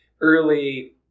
early